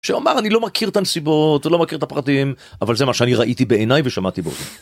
שאומר אני לא מכיר את הנסיבות ולא מכיר את הפחדים אבל זה מה שאני ראיתי בעיניי ושמעתי בו.